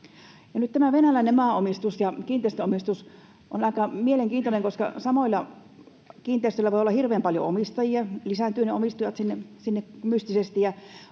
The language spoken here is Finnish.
venäläinen maanomistus ja kiinteistöomistus on aika mielenkiintoinen, koska samoilla kiinteistöillä voi olla hirveän paljon omistajia, lisääntyvät ne omistajat sinne mystisesti.